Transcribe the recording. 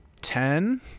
ten